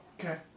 Okay